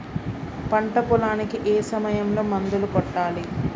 పంట పొలానికి ఏ సమయంలో మందులు కొట్టాలి?